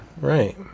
Right